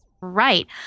Right